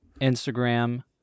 instagram